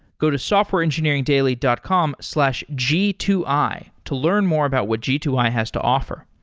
go to softwareengineeringdaily dot com slash g two i to learn more about what g two i has to offer.